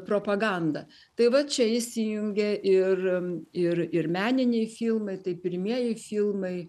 propaganda tai va čia įsijungia ir ir ir meniniai filmai tai pirmieji filmai